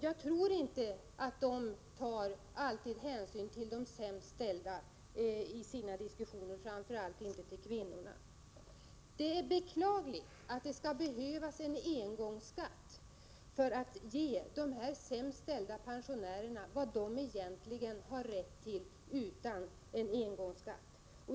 Jag tror inte att dessa i sina diskussioner alltid tar hänsyn till de sämst ställda, och framför allt inte till kvinnorna. Det är beklagligt att det skall behövas en engångsskatt för att ge de sämst ställda pensionärerna vad de egentligen har rätt till — utan engångsskatt.